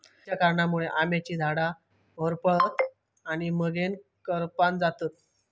खयच्या कारणांमुळे आम्याची झाडा होरपळतत आणि मगेन करपान जातत?